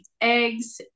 eggs